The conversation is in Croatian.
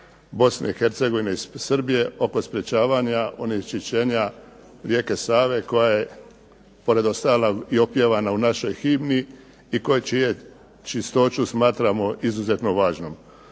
Bosne i Hercegovine i Srbije oko sprječavanja onečišćenja rijeke Save koja je pored ostalog i opjevana u našoj himni i čiju čistoću smatramo izuzetno važnom.